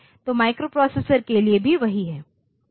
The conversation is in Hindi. तो माइक्रोप्रोसेसर के लिए भी वही है